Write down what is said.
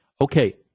Okay